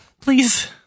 please